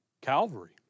Calvary